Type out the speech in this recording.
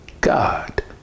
God